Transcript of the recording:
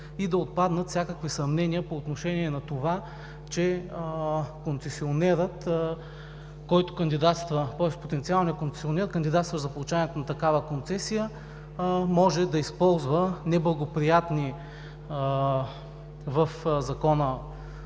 че да отпаднат всякакви съмнения по отношение на това, че концесионерът, който кандидатства, тоест потенциалният концесионер, кандидатстващ за получаването на такава Концесия, може да използва неблагоприятни в Закона